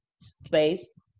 Space